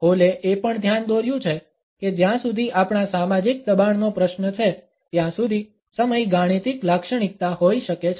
હોલએ એ પણ ધ્યાન દોર્યું છે કે જ્યાં સુધી આપણા સામાજિક દબાણનો પ્રશ્ન છે ત્યાં સુધી સમય ગાણિતિક લાક્ષણિકતા હોઈ શકે છે